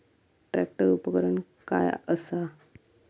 Tractor उपकरण काय असा?